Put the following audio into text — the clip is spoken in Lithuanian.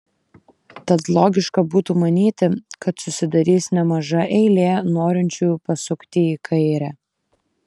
tad logiška būtų manyti kad susidarys nemaža eilė norinčiųjų pasukti į kairę